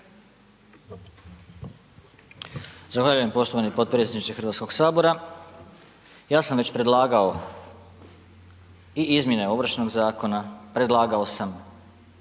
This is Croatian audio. Zahvaljujem poštovani potpredsjedniče HS-a. Ja sam već predlagao i izmjene Ovršnog zakona, predlagao sam